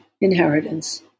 inheritance